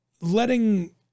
letting